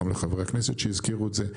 גם לחברי הכנסת שהזכירו את זה,